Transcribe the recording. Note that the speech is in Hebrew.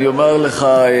אני אומר לך,